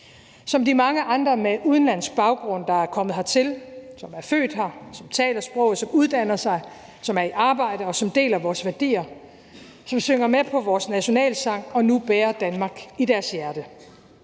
om de mange med udenlandsk baggrund, som er kommet her til, som er født her, som taler sproget, som uddanner sig, som er i arbejde, som deler vores værdier, som synger med på vores nationalsang og nu bærer Danmark i deres hjerte,